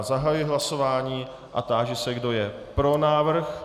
Zahajuji hlasování a táži se, kdo je pro návrh.